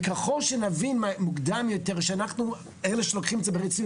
ככל שנבין מוקדם יותר שאנחנו אלה שלוקחים את זה ברצינות